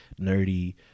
nerdy